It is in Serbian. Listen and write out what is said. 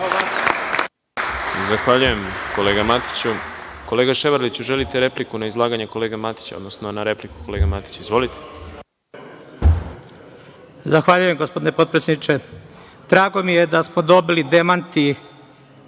Zahvaljujem, kolega Matiću. Kolega Ševarliću, želite repliku na izlaganje kolege Matića, odnosno na repliku kolege Matića? Izvolite. **Miladin Ševarlić** Zahvaljujem, gospodine potpredsedniče. Drago mi je da smo dobili demante